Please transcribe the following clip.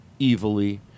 evilly